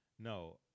No